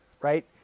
right